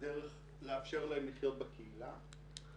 הדרך לאפשר לחלק מהמטופלים לחיות בקהילה,